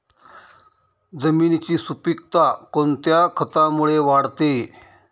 जमिनीची सुपिकता कोणत्या खतामुळे वाढते?